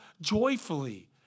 joyfully